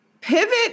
pivot